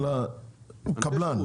כמו,